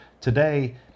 Today